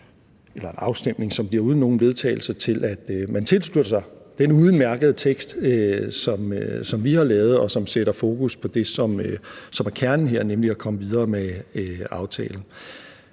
med en afstemning, som bliver uden nogen vedtagelse – til, at man tilslutter sig den udmærkede tekst, som vi har lavet, og som sætter fokus på det, som er kernen her, nemlig at komme videre med aftalen.